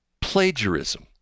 Plagiarism